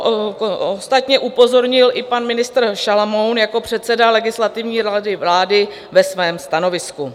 Na toto ostatně upozornil i pan ministr Šalomoun jako předseda legislativní rady vlády ve svém stanovisku.